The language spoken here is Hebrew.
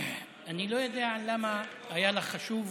אני לא יודע למה היה לך חשוב